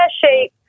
shape